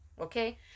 okay